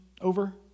over